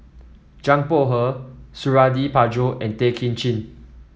Zhang Bohe Suradi Parjo and Tay Kay Chin